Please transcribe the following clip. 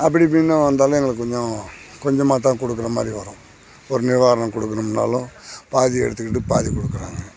அப்படி முன்ன வந்தாலும் எங்களுக்கு கொஞ்சம் கொஞ்சமாக தான் கொடுக்கற மாதிரி வரும் ஒரு நிவாரணம் கொடுக்கணும்னாலும் பாதியை எடுத்துக்கிட்டு பாதியை கொடுக்கறாங்க